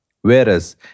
Whereas